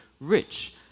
rich